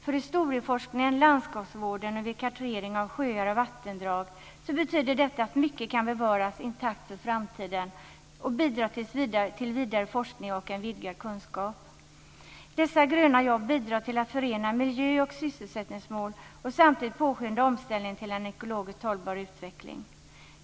För historieforskningen och landskapsvården och vid kartering av sjöar och vattendrag betyder detta att mycket kan bevaras intakt för framtiden och bidra till vidare forskning och en vidgad kunskap. Dessa gröna jobb bidrar till att förena miljö och sysselsättningsmål och samtidigt påskynda omställningen till en ekologiskt hållbar utveckling.